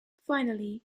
finally